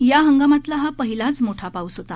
या हंगामातला हा पहिलाच मोठा पाऊस होता